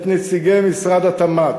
את נציגי משרד התמ"ת.